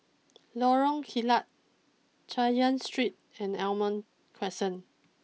Lorong Kilat Chay Yan Street and Almond Crescent